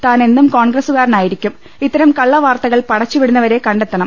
താൻ എന്നും കോൺഗ്രസുകാരനായിരിക്കും ഇത്തരം കള്ളവാർത്തകൾ പടച്ചുവിടുന്നവരെ കണ്ടെത്തണം